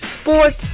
sports